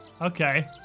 Okay